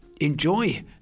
enjoy